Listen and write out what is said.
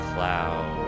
Cloud